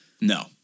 No